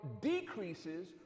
decreases